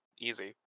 Easy